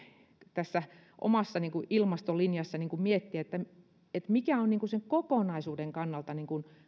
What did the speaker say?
tässä omassa ilmastolinjassani miettiä mikä on sen kokonaisuuden kannalta